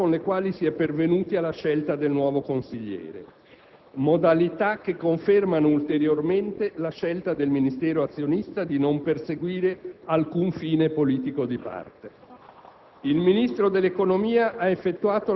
Un ultimo cenno riguarda le modalità con le quali si è pervenuti alla scelta del nuovo consigliere, modalità che confermano ulteriormente la scelta del Ministero azionista di non perseguire alcun fine politico di parte.